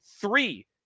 Three